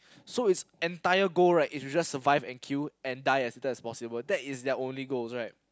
so its entire goal right is to just survive and kill and die as little as possible that is their own goals right